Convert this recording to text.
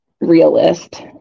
realist